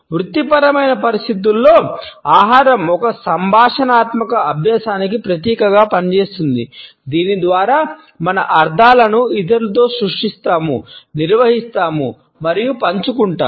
వృత్తిపరమైన పరిస్థితులలో ఆహారం ఒక సంభాషణాత్మక అభ్యసనానికి ప్రతీకగా పనిచేస్తుంది దీని ద్వారా మన అర్ధాలను ఇతరులతో సృష్టిస్తాము నిర్వహిస్తాము మరియు పంచుకుంటాము